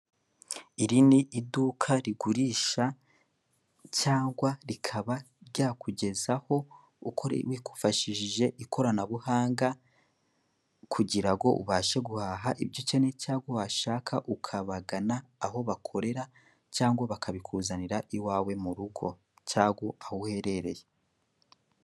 Iri ni iduka rigurisha cyangwa rikaba ryakugezaho wifashishije ikoranabuhanga kugira ngo ubashe guhaha ibyo ukeneye cyangwa washaka ukabagana aho bakorera cyangwa bakabikuzanira iwawe mu rugo cyangwa aho uherereye.